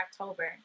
October